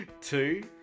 Two